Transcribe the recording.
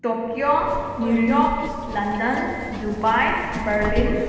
Tokyo New York London Dubai Berlin